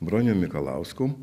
bronium mikalausku